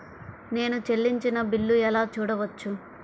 నేను చెల్లించిన బిల్లు ఎలా చూడవచ్చు?